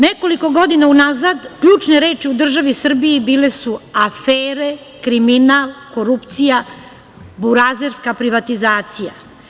Nekoliko godina unazad ključne reči u državi Srbiji bile su – afere, kriminal, korupcija, burazerska privatizacija.